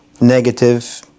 negative